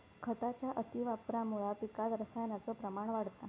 खताच्या अतिवापरामुळा पिकात रसायनाचो प्रमाण वाढता